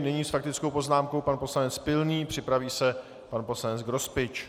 Nyní s faktickou poznámkou pan poslanec Pilný, připraví se pan poslanec Grospič.